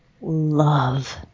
love